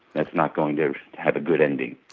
that's not going to have a good ending.